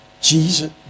Jesus